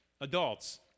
Adults